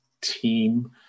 team